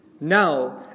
Now